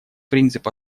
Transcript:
принцип